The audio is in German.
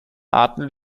arten